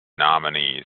nominees